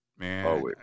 Man